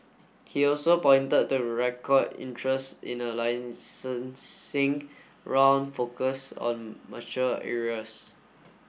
he also pointed to record interest in a licencing round focused on mature areas